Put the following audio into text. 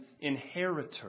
inheritor